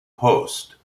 post